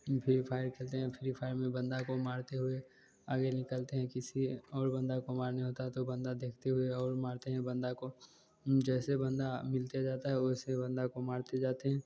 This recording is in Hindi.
फ्री फ़ाइर खेलते हैं फ्री फ़ाइर में बंदे को मारते हुए आगे निकलते हैं किसी और बंदे को मारना होता तो बंदा देखते हुए और मारते हैं बंदे को जैसे बंदे मिलते जाते हैं वैसे बंदे को मारते जाते हैं